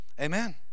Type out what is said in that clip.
Amen